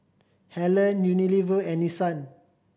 Helen Unilever and Nissan